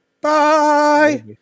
Bye